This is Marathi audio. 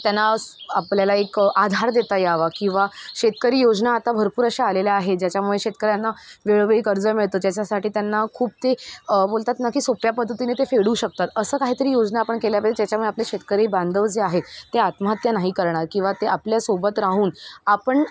त्यांना सु आपल्याला एक आधार देता यावा किंवा शेतकरी योजना आता भरपूर अशा आलेल्या आहे ज्याच्यामुळे शेतकऱ्यांना वेळोवेळी कर्ज मिळतं ज्याच्यासाठी त्यांना खूप ते बोलतात नकी सोप्या पद्धतीने ते फेडू शकतात असं काहीतरी योजना आपण केल्या पाहिजे ज्याच्यामुळे आपले शेतकरी बांधव जे आहेत ते आत्महत्या नाही करणार किंवा ते आपल्यासोबत राहून आपण